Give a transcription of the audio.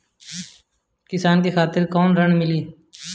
किसान के खातिर कौन ऋण मिली?